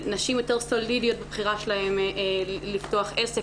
נשים יותר סולידיות בבחירה שלהן לפתוח עסק